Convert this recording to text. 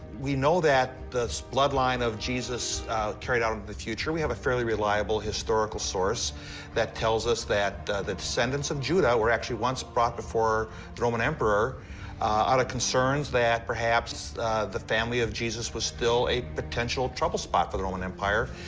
we know that this so bloodline of jesus carried out into the future. we have a fairly reliable historical source that tells us that the descendants of judah were actually once brought before the roman emperor out of concerns that perhaps the family of jesus was still a potential trouble spot for the roman empire,